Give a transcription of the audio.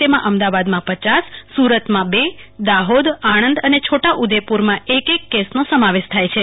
તેમાં અમદાવાદમાં પચાસ સુરતમાં બ દાહોદ આણદ અને છોટા ઉદેપુરમાં એક એક કસનો સમાવેશ થાય છે